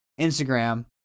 Instagram